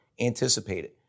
anticipated